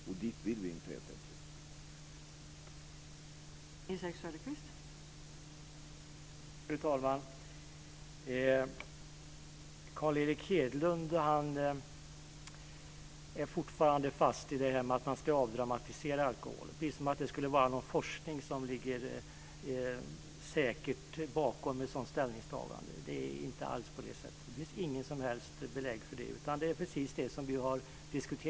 Dit vill vi helt enkelt inte komma.